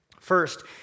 First